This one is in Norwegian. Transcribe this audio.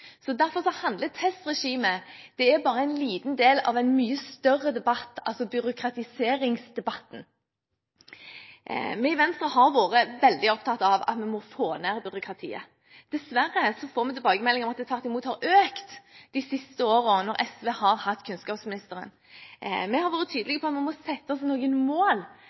Derfor er testregimet bare en liten del av en mye større debatt, byråkratiseringsdebatten. Vi i Venstre har vært veldig opptatt av at vi må få ned byråkratiet. Dessverre får vi tilbakemeldinger om at det tvert imot har økt de siste årene, når SV har hatt kunnskapsministeren. Vi har vært tydelige på at vi må sette oss noen mål